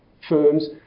firms